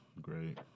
Great